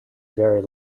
very